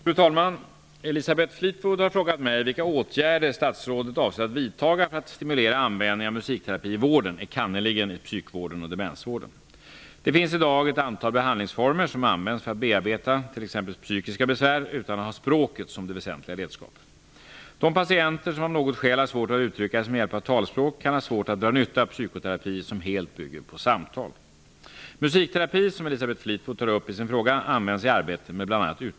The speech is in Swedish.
Fru talman! Elisabeth Fleetwood har frågat vilka åtgärder statsrådet avser att vidta för att stimulera användningen av musikterapi i vården, enkannerligen i psykvården och demensvården. Det finns i dag ett antal behandlingsformer och som används för att bearbeta t.ex. psykiska besvär utan att ha språket som det väsentliga redskapet. De patienter som av något skäl har svårt att uttrycka sig med hjälp av talspråk kan ha svårt att dra nytta av psykoterapi som helt bygger på samtal. Musikterapi som Elisabeth Fleetwood tar upp i sin fråga, används i arbetet med bl.a.